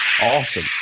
Awesome